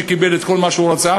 שקיבל את כל מה שהוא רצה,